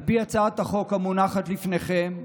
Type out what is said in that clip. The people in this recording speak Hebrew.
על פי הצעת החוק המונחת לפניכם,